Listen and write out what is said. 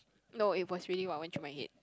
no it was really what I watch in my head